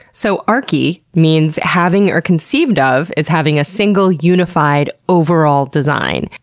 so archi means having, or conceived of as having, a single unified overall design'.